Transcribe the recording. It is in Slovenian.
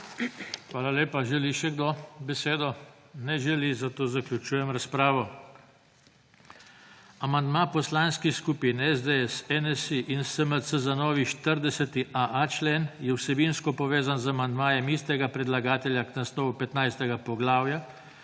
Hvala lepa. Želi še kdo besedo? Ne želi, zato zaključujem razpravo. Amandma Poslanskih skupin SDS, NSi in SMC za novi 40.a člen je vsebinsko povezan z amandmajem istega predlagatelja k naslovu 15. poglavja